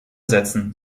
setzen